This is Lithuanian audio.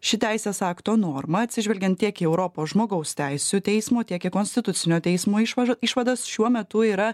ši teisės akto norma atsižvelgiant tiek į europos žmogaus teisių teismo tiek į konstitucinio teismo išvaž išvadas šiuo metu yra